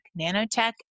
nanotech